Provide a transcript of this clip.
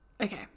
Okay